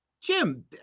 Jim